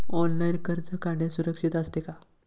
Online कर्ज काढणे सुरक्षित असते का?